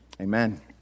amen